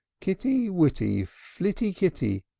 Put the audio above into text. kity, whity, flighty, kity,